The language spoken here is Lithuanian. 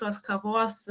tuos kavos